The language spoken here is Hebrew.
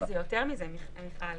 זה יותר מזה כי